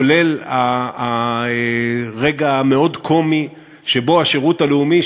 כולל הרגע המאוד-קומי שבו השירות הלאומי,